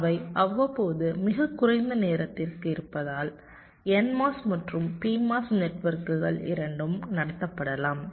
அவை அவ்வப்போது மிகக் குறைந்த நேரத்திற்கு இருப்பதால் NMOS மற்றும் PMOS நெட்வொர்க்குகள் இரண்டும் நடத்தப்படலாம்